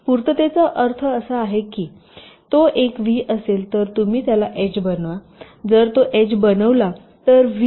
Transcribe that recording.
पूर्ततेचा अर्थ असा आहे की जर तो एक व्ही असेल तर तुम्ही त्याला एच बनवा जर तो एच बनविला तर व्ही